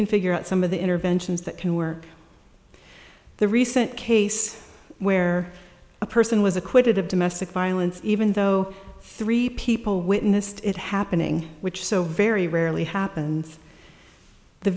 can figure out some of the interventions that can work in the recent case where a person was acquitted of domestic violence even though three people witnessed it happening which so very rarely happens the